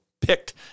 picked